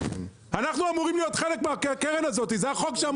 אנחנו אמורים להיות חלק מהקרן הזו; על פי החוק,